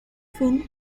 fin